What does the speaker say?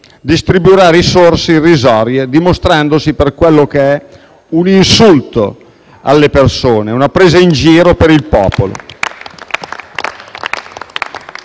distribuirà risorse irrisorie dimostrandosi per quello che è: un insulto alle persone, una presa in giro per il popolo.